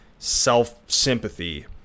self-sympathy